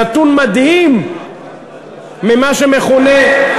נתון מדהים ממה שמכונה,